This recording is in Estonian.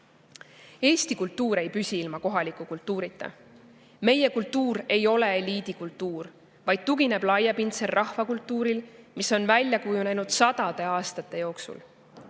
Eesti kultuur ei püsi ilma kohaliku kultuurita. Meie kultuur ei ole eliidi kultuur, vaid tugineb laiapindsel rahvakultuuril, mis on välja kujunenud sadade aastate jooksul.